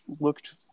looked